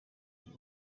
guha